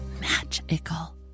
magical